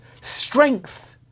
strength